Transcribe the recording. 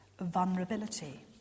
vulnerability